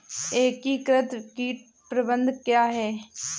एकीकृत कीट प्रबंधन क्या है?